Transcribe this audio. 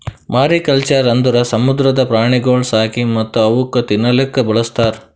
mariculture ಅಂದುರ್ ಸಮುದ್ರದ ಪ್ರಾಣಿಗೊಳ್ ಸಾಕಿ ಮತ್ತ್ ಅವುಕ್ ತಿನ್ನಲೂಕ್ ಬಳಸ್ತಾರ್